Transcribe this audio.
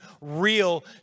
real